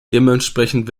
dementsprechend